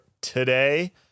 today